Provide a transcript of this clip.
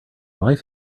life